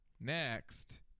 next